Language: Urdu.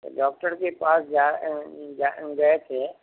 ڈاکٹر کے پاس جا گئے تھے